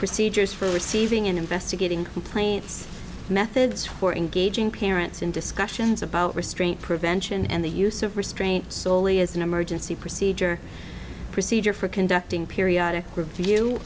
procedures for saving and investigating complaints methods for engaging parents in discussions about restraint prevention and the use of restraint solely as an emergency procedure procedure for conducting periodic review